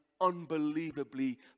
unbelievably